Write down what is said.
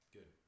Good